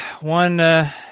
One